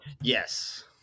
Yes